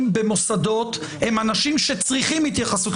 במוסדות הם אנשים שצריכים התייחסות מיוחדת.